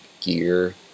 gear